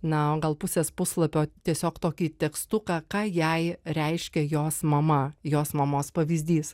na gal pusės puslapio tiesiog tokį tekstuką ką jai reiškia jos mama jos mamos pavyzdys